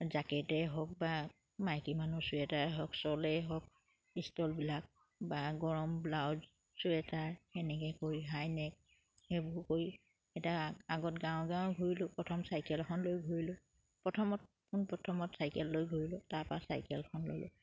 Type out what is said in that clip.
জাকেটে হওক বা মাইকী মানুহ চুৱেটাৰে হওক চলেই হওক ইষ্টলবিলাক বা গৰম ব্লাউজ চুৱেটাৰ সেনেকে কৰি হাই নেক সেইবোৰ কৰি এটা আগত গাঁৱৰ গাঁৱে ঘূৰিলোঁ প্ৰথম চাইকেলখন লৈ ঘূৰিলোঁ প্ৰথমত পোন প্ৰথমত চাইকেল লৈ ঘূৰিলোঁ তাৰপা চাইকেলখন